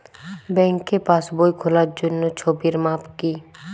ব্যাঙ্কে পাসবই খোলার জন্য ছবির মাপ কী?